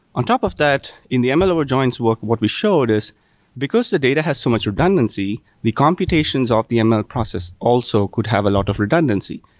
on top of that, in the ml over joins work, what we showed is because the data has so much redundancy, the computations of the ml process also could have a lot of redundancy.